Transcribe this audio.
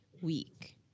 week